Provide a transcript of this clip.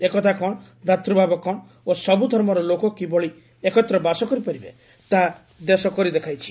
ଏକତା କ'ଣ ଭ୍ରାତୂଭାବ କ'ଣ ଓ ସବୁ ଧର୍ମର ଲୋକ କିଭଳି ଏକତ୍ର ବାସ କରିପାରିବେ ତାହା ଦେଶ କରି ଦେଖାଇଛି